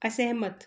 असहमत